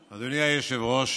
היושב-ראש,